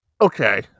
Okay